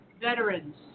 veterans